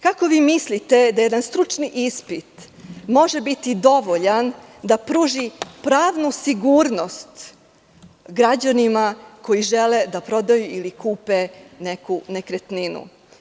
Kako vi mislite da jedan stručni ispit može biti dovoljan da pruži pravnu sigurnost građanima koji žele da prodaju ili kupe neku nekretninu?